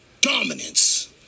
dominance